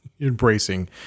embracing